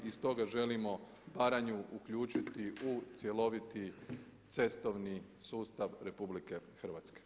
I stoga želimo Baranju uključiti u cjeloviti cestovni sustav RH.